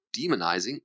demonizing